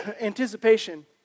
anticipation